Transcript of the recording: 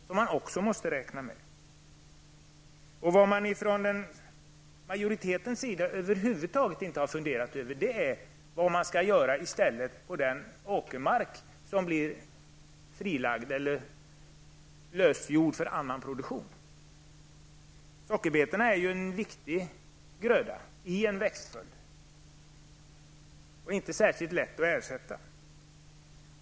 Från majoritetens sida har man över huvud taget inte funderat över vad man skall göra på den åkermark som blir lösjord för annan produktion. Sockerbetan är en viktig gröda i en växtskörd och inte särskilt lätt att ersätta.